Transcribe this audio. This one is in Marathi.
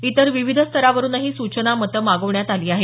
इतर विविध स्तरावरुनही सूचना मतं मागवण्यात आली आहेत